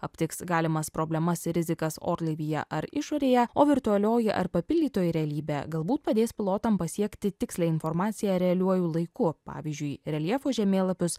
aptiks galimas problemas ir rizikas orlaivyje ar išorėje o virtualioji ar papildytoji realybė galbūt padės pilotam pasiekti tikslią informaciją realiuoju laiku pavyzdžiui reljefų žemėlapius